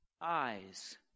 eyes